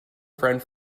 friend